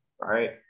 right